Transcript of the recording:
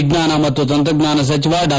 ವಿಜ್ಣಾನ ಮತ್ತು ತಂತ್ರಜ್ವಾನ ಸಚಿವ ಡಾ